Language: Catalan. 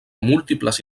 múltiples